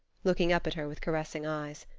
looking up at her with caressing eyes.